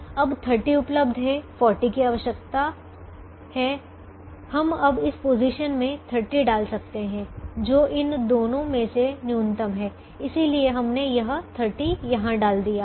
अब 30 उपलब्ध है 40 की आवश्यकता है हम अब इस पोजीशन में 30 डाल सकते हैं जो इन दोनों में से न्यूनतम है इसलिए हमने यह 30 यहां डाल दिया है